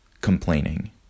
complaining